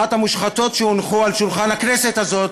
אחת המושחתות שהונחו על שולחן הכנסת הזאת,